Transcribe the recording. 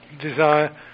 desire